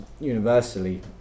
universally